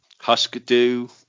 huskadoo